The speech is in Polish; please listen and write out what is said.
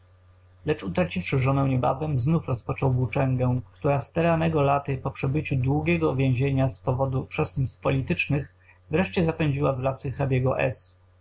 lecz utraciwszy żonę niebawem znów rozpoczął włóczęgę która steranego laty po przebyciu długiego więzienia z powodu przestępstw politycznych wreszcie zapędziła w lasy